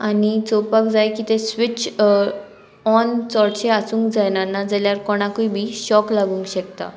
आनी चोवपाक जाय की ते स्विच ऑन चडशे आसूंक जायना ना जाल्यार कोणाकूय बी शॉक लागूंक शकता